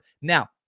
Now